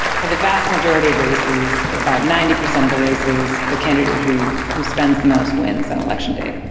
for the vast majority of races, about ninety percent of the races, the candidate who who spends the most wins on election day.